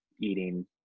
eating